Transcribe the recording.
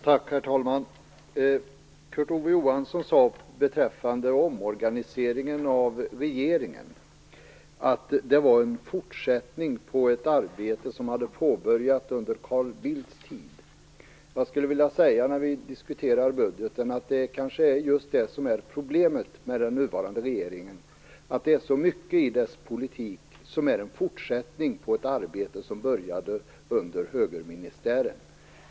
Herr talman! Kurt Ove Johansson sade beträffande omorganiseringen av regeringen att det var en fortsättning på ett arbete som påbörjats under Carl Bildts tid. Jag skulle vilja säga, när vi diskuterar budgeten, att det kanske är just det som är problemet med den nuvarande regeringen; att det är så mycket i dess politik som är en fortsättning på ett arbete som påbörjades under högerministären.